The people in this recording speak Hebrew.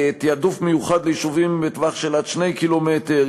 תעדוף מיוחד ליישובים בטווח של עד 2 קילומטר,